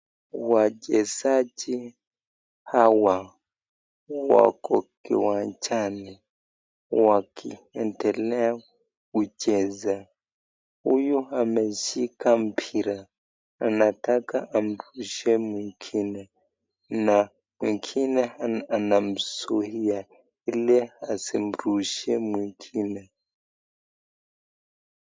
Wachezaji hawa wako kiwanjani wakiendelea kucheza. Huyu ameshika mpira anataka amrushie mwingine na mwingine anamzuia ili asimrushie mwingine.